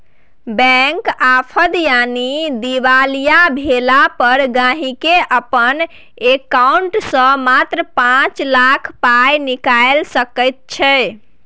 bank आफद यानी दिवालिया भेला पर गांहिकी अपन एकांउंट सँ मात्र पाँच लाख पाइ निकालि सकैत छै